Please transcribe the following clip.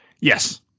Yes